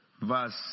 verse